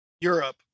Europe